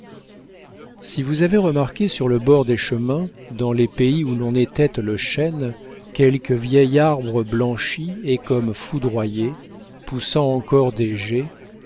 si vous avez remarqué sur le bord des chemins dans les pays où l'on étête le chêne quelque vieil arbre blanchi et comme foudroyé poussant encore